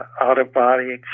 out-of-body